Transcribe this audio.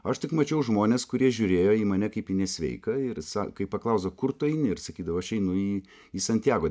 aš tik mačiau žmones kurie žiūrėjo į mane kaip į nesveiką ir kai paklausė kur tu eini ir sakydavo aš einu į į santjago